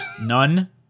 None